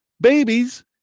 babies